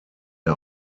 der